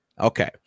Okay